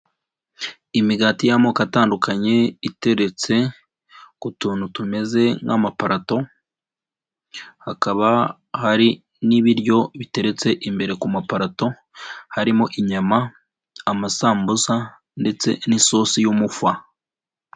Imigati y'amoko atandukanye iteretse ku tuntu tumeze nk'amaparato, hakaba hari n'ibiryo biteretse imbere ku maparato harimo inyama, amasambusa ndetse n'isosi y'umufa.